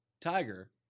Tiger